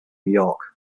york